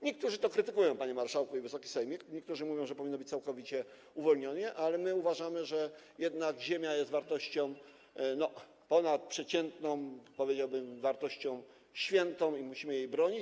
Niektórzy to krytykują, panie marszałku i Wysoki Sejmie, niektórzy mówią, że powinno to być całkowicie uwolnione, ale my uważamy, że jednak ziemia jest wartością ponadprzeciętną, powiedziałbym, wartością świętą i musimy jej bronić.